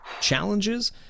challenges